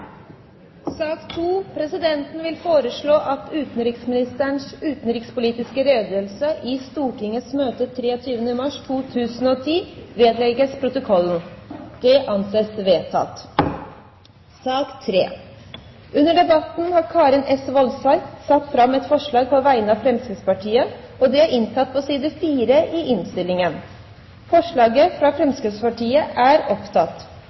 sak nr. 1. Presidenten vil foreslå at utenriksministerens utenrikspolitiske redegjørelse i Stortingets møte 23. mars 2010 vedlegges protokollen. – Det anses vedtatt. Under debatten har Karin S. Woldseth satt fram et forslag på vegne av Fremskrittspartiet. Forslaget lyder: «I statsbudsjettet for 2010 gjøres følgende endring: Kap.PostFormålKroner1792Norske styrker i